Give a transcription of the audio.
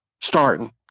starting